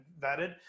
vetted